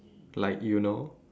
like you know